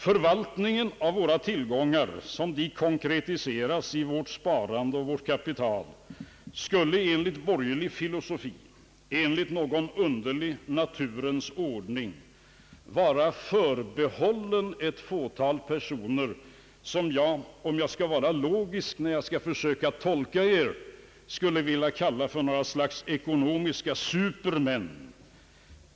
Förvaltningen av våra tillgångar, som de konkretiseras i vårt sparande och vårt kapital, skulle enligt borgerlig filosofi, efter någon underlig ordning, vara förbehållen ett fåtal personer. Om jag logiskt skall försöka tolka er inställning, skulle jag kalla dem för något slags ekonomiska supermän.